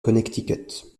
connecticut